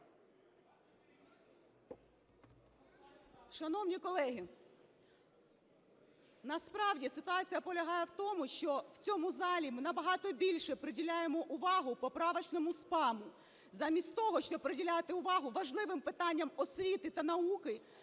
Шановні колеги, насправді ситуація полягає в тому, що в цьому залі ми набагато більше приділяємо увагу поправочному спаму, замість того щоб приділяти увагу важливим питанням освіти та науки,